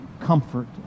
comfort